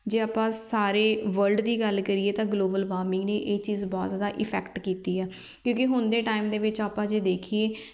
ਜੇ ਆਪਾਂ ਸਾਰੇ ਵਰਲਡ ਦੀ ਗੱਲ ਕਰੀਏ ਤਾਂ ਗਲੋਬਲ ਵਾਰਮਿੰਗ ਨੇ ਇਹ ਚੀਜ਼ ਬਹੁਤ ਜ਼ਿਆਦਾ ਇਫੈਕਟ ਕੀਤੀ ਆ ਕਿਉਂਕਿ ਹੁਣ ਦੇ ਟਾਈਮ ਦੇ ਵਿੱਚ ਆਪਾਂ ਜੇ ਦੇਖੀਏ